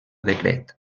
decret